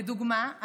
לדוגמה,